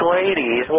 ladies